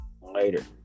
later